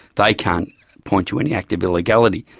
they can't point to any act of illegality.